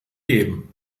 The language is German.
geben